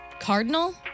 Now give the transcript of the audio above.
Cardinal